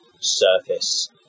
surface